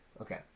okay